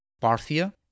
Parthia